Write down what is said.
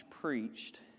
preached